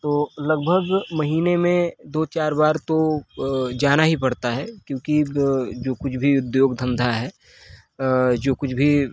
तो लगभग महीने में दो चार बार तो जाना ही पड़ता है क्योकि ब जो कुछ भी उद्योग धंधा है जो कुछ भी